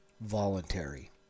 voluntary